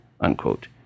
unquote